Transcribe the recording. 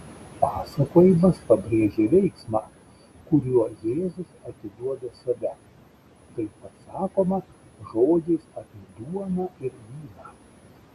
pasakojimas pabrėžia veiksmą kuriuo jėzus atiduoda save tai pasakoma žodžiais apie duoną ir vyną